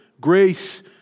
grace